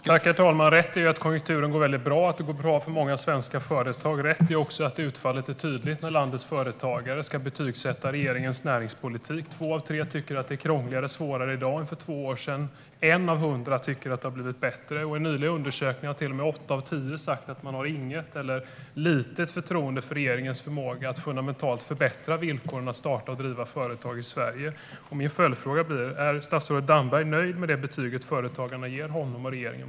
Herr talman! Rätt är att konjunkturen går bra och att det går bra för många svenska företag. Rätt är också att utfallet är tydligt när landets företagare betygsätter regeringens näringspolitik. Två av tre tycker att det är krångligare och svårare i dag än för två år sedan. En av hundra tycker att det har blivit bättre. I en undersökning nyligen har till och med åtta av tio sagt att de har inget eller litet förtroende för regeringens förmåga att fundamentalt förbättra villkoren för att starta och driva företag i Sverige. Min följdfråga är om statsrådet Damberg är nöjd med det betyg företagarna ger honom och regeringen.